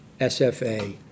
SFA